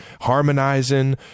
harmonizing